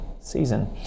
season